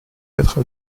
être